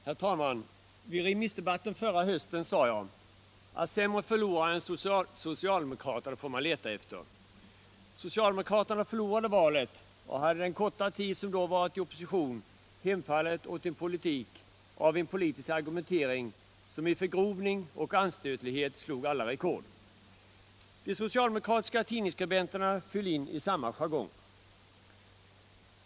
Herr talman! Vid remissdebatten förra hösten sade jag att sämre förlorare än socialdemokrater får man leta efter. Socialdemokraterna förlorade valet och hade den korta tid som de då varit i opposition hem fallit åt en politisk argumentering som i förgrovning och anstötlighet slog alla rekord. De socialdemokratiska tidningsskribenterna föll in i samma jargong.